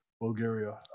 Bulgaria